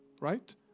right